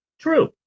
True